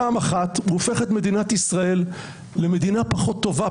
פעם אחת הוא הופך את מדינת ישראל למדינה פחות טובה,